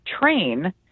train